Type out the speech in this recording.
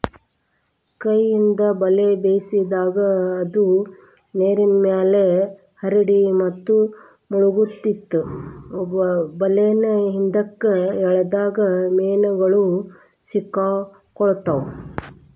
ಕೈಯಿಂದ ಬಲೆ ಬೇಸಿದಾಗ, ಅದು ನೇರಿನ್ಮ್ಯಾಲೆ ಹರಡಿ ಮತ್ತು ಮುಳಗತೆತಿ ಬಲೇನ ಹಿಂದ್ಕ ಎಳದಾಗ ಮೇನುಗಳು ಸಿಕ್ಕಾಕೊತಾವ